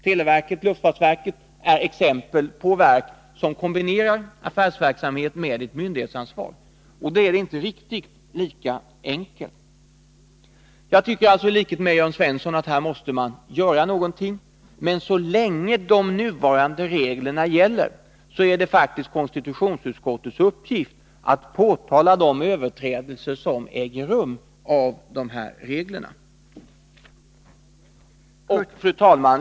Televerket och luftfartsverket är exempel på verk som kombinerar affärsverksamhet med ett myndighetsansvar. Då är det inte riktigt lika enkelt. Jag tycker alltså, i likhet med Jörn Svensson, att man här måste göra Nr 154 någonting. Men så länge de nuvarande reglerna gäller är det faktiskt Onsdagen den konstitutionsutskottets uppgift att påtala de överträdelser av dessa regler 25 maj 1983 som ager rum. Fru talman!